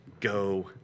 go